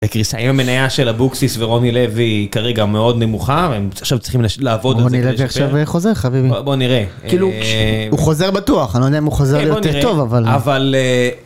בקריסה עם המניה של אבוקסיס ורוני לוי כרגע מאוד נמוכה והם עכשיו צריכים לעבוד על זה. רוני לוי עכשיו חוזר חביבי. בוא נראה. הוא חוזר בטוח, אני לא יודע אם הוא חוזר יותר טוב אבל אבל